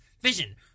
vision